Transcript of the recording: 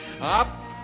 Up